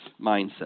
mindset